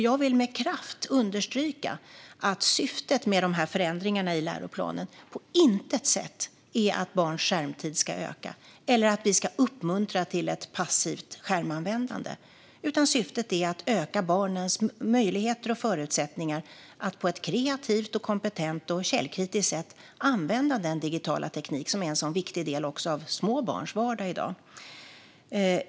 Jag vill med kraft understryka att syftet med förändringarna i läroplanen på intet sätt är att barns skärmtid ska öka eller att vi ska uppmuntra till ett passivt skärmanvändande, utan syftet är att öka barns möjligheter och förutsättningar att på ett kreativt, kompetent och källkritiskt sätt använda den digitala teknik som är en viktig del av små barns vardag i dag.